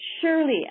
Surely